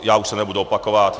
Já už se nebudu opakovat.